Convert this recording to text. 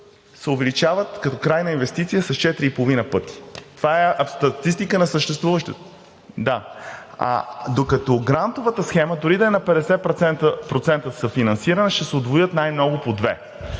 се увеличават като крайна инвестиция с 4,5 пъти. Това е статистика на съществуващ, като с грантовата схема, дори да е на 50% съфинансирана, ще се удвоят най-много по две.